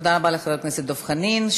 תודה רבה לחבר הכנסת דב חנין.